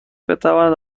بتواند